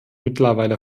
mittlerweile